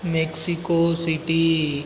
Mexico city